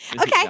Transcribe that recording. Okay